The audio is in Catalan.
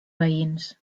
veïns